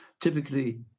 typically